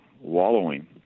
wallowing